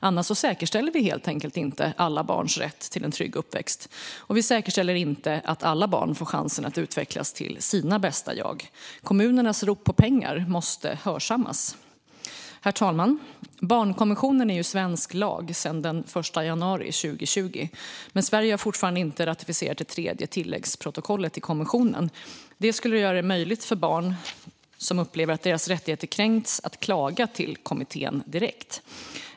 Annars säkerställer vi helt enkelt inte alla barns rätt till en trygg uppväxt, och vi säkerställer inte att alla barn får chansen att utvecklas till sina bästa jag. Kommunernas rop på pengar måste hörsammas. Herr talman! Barnkonventionen är svensk lag sedan den 1 januari 2020. Men Sverige har fortfarande inte ratificerat det tredje tilläggsprotokollet till konventionen. Det skulle göra det möjligt för barn som upplever att deras rättigheter har kränkts att klaga direkt till FN:s barnrättskommitté.